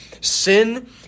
sin